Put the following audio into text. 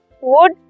wood